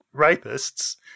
rapists